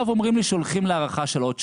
אומרים לי שהולכים להארכה של עוד שנה.